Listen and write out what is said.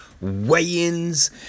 Weigh-ins